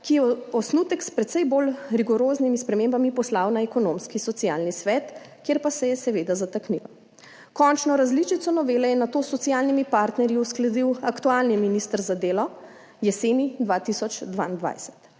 ki je osnutek s precej bolj rigoroznimi spremembami poslal na Ekonomsko-socialni svet, kjer pa se je seveda zataknila. Končno različico novele je nato s socialnimi partnerji uskladil aktualni minister za delo jeseni 2022.